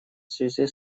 связи